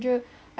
ya